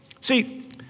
See